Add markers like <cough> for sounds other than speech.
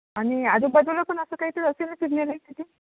आणि आजूबाजूला पण असं काय तर असेल ना <unintelligible> तिथे